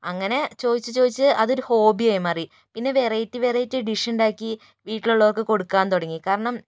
അങ്ങനെ ചോദിച്ച് ചോദിച്ച് അതൊരു ഹോബിയായി മാറി പിന്നെ വെറൈറ്റി വെറൈറ്റി ഡിഷ് ഉണ്ടാക്കി വീട്ടിലുള്ളവർക്ക് കൊടുക്കാൻ തുടങ്ങി കാരണം